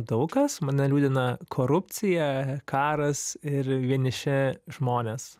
daug kas mane liūdina korupcija karas ir vieniši žmonės